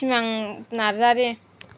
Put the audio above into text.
सिमां नार्जारि